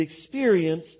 experience